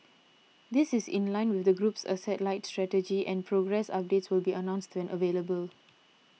this is in line with the group's asset light strategy and progress updates will be announced when available